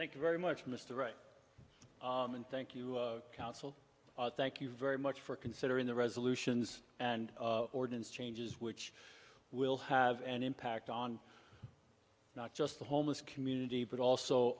thank you very much mr right and thank you counsel thank you very much for considering the resolutions and ordinance changes which will have an impact on not just the homeless community but also